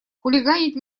хулиганить